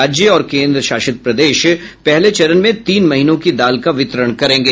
राज्य और केन्द्रशासित प्रदेश पहले चरण में तीन महीनों की दाल का वितरण करेंगे